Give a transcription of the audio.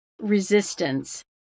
resistance